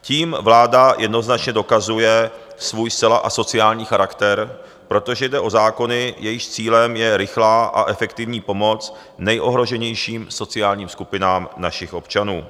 Tím vláda jednoznačně dokazuje svůj zcela asociální charakter, protože jde o zákony, jejichž cílem je rychlá a efektivní pomoc nejohroženějším sociálním skupinám našich občanů.